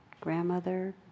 grandmother